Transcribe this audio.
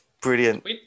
brilliant